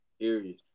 Period